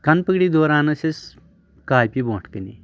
کَن پٔکڑی دوران ٲسۍ اسہِ کاپی برونٛٹھ کَنے